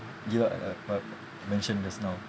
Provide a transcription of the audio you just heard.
give up like what I mentioned just now